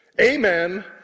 Amen